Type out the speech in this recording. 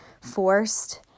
forced